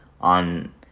on